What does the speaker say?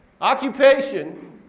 Occupation